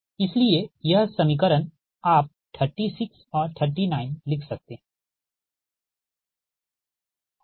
इसलिए यह समीकरण आप 36 और 39 लिख सकते है ठीक है